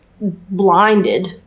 blinded